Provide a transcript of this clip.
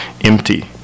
empty